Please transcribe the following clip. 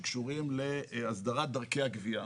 שקשורים להסדרת דרכי הגבייה,